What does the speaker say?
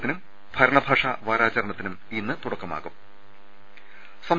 ത്തിനും ഭരണഭാഷാ വാരാചരണത്തിനും ഇന്ന് തുടക്ക മാകും ്റ്